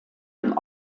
dem